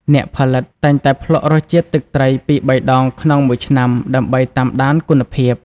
អ្នកផលិត តែងតែភ្លក់រសជាតិទឹកត្រីពីរបីដងក្នុងមួយឆ្នាំដើម្បីតាមដានគុណភាព។